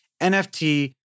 NFT